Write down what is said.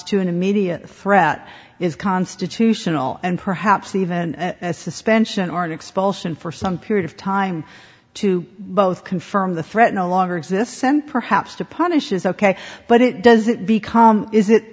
to an immediate threat is constitutional and perhaps even a suspension or an expulsion for some period of time to both confirm the threat no longer exists and perhaps to punish is ok but it doesn't become is it